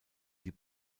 die